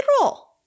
roll